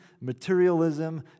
materialism